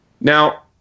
Now